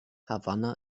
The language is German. havanna